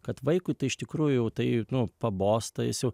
kad vaikui iš tikrųjų jau tai nu pabosta jis jau